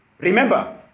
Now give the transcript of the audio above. Remember